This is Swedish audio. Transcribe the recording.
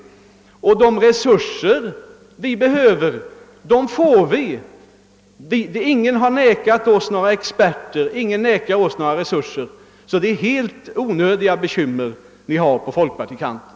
Vi får de resurser vi behöver. Ingen har nekat oss behövliga experter och andra resurer. Det är därför helt onödiga bekymmer ni har på folkpartihåll.